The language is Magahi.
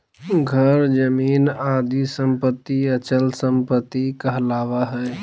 घर, जमीन आदि सम्पत्ति अचल सम्पत्ति कहलावा हइ